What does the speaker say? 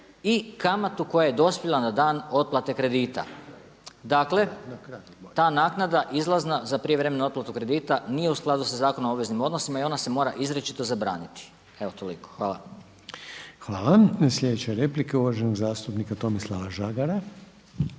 i kamatu koja je dospjela na dan otplate kredita. Dakle ta naknada izlazna za prijevremenu otplatu kredita nije u skladu sa zakonom o obveznim odnosima i ona se mora izričito zabraniti. Evo toliko. Hvala. **Reiner, Željko (HDZ)** Sljedeća replika je uvaženog zastupnika Tomislava Žagara.